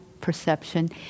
perception